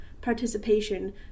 participation